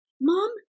mom